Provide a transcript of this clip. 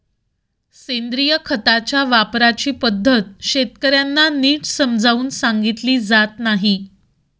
सेंद्रिय खताच्या वापराची पद्धत शेतकर्यांना नीट समजावून सांगितली जात नाही